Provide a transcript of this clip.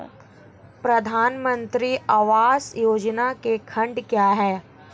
प्रधानमंत्री आवास योजना के खंड क्या हैं?